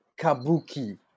Kabuki